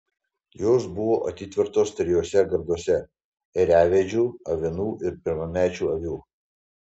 jos buvo atitvertos trijuose garduose ėriavedžių avinų ir pirmamečių avių